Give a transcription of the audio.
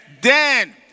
Dan